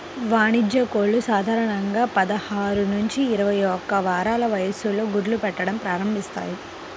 వాణిజ్య కోళ్లు సాధారణంగా పదహారు నుంచి ఇరవై ఒక్క వారాల వయస్సులో గుడ్లు పెట్టడం ప్రారంభిస్తాయి